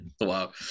Wow